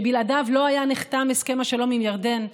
בלעדיו לא היה נחתם הסכם השלום עם ירדן,